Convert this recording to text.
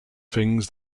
things